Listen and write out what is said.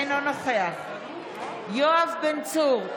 אינו נוכח יואב בן צור,